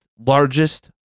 largest